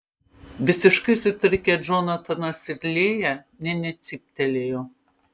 visiškai sutrikę džonatanas ir lėja nė necyptelėjo